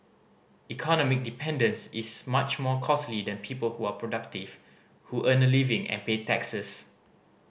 economic dependence is much more costly than people who are productive who earn a living and pay taxes